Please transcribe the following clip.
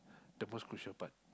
the most crucial part